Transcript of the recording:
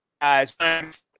guys